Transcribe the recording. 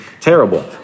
terrible